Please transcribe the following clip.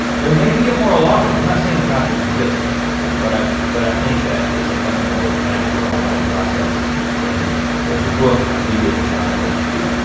there may be a moral lawgiver. i'm not saying that god doesn't exist but i but i think that it's a much more natural and organic process than there's a book i read it and now i know what to do.